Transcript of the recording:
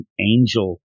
Angel